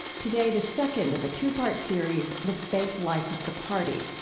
today, the second of a two-part series, the faith life of the party.